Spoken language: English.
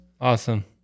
Awesome